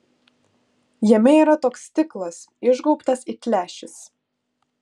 jame yra toks stiklas išgaubtas it lęšis